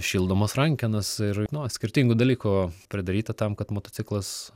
šildomos rankenos ir nu skirtingų dalykų pridarytą tam kad motociklas